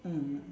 mm